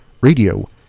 radio